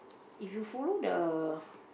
if you follow the